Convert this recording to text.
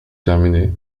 terminées